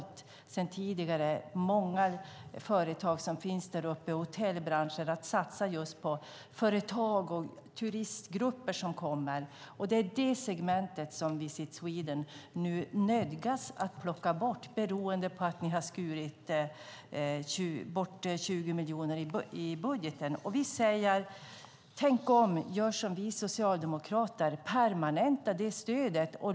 Många företag som finns däruppe i hotellbranschen har valt att satsa just på företag och turistgrupper som kommer. Det är det segmentet som Visit Sweden nu nödgas plocka bort beroende på att ni har skurit bort 20 miljoner i budgeten. Och vi säger: Tänk om! Gör som vi socialdemokrater föreslår och permanenta stödet.